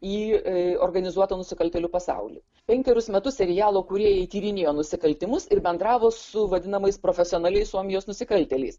į organizuotų nusikaltėlių pasaulyje penkerius metus serialo kūrėjai tyrinėjo nusikaltimus ir bendravo su vadinamais profesionaliais suomijos nusikaltėliais